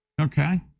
Okay